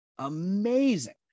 amazing